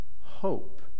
hope